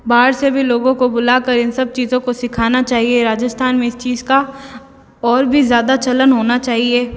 बाहर से भी लोगों को बुला कर इन सब चीज़ों को सीखाना चाहिए राजस्थान में इस चीज़ का और भी ज़्यादा चलन होना चाहिए